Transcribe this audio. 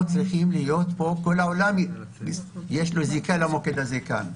לכל העולם יש זיקה למוקד כאן.